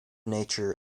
nature